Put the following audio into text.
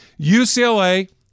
UCLA